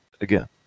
again